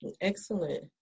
Excellent